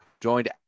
joined